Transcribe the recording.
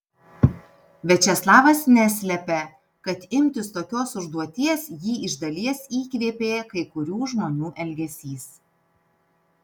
viačeslavas neslepia kad imtis tokios užduoties jį iš dalies įkvėpė kai kurių žmonių elgesys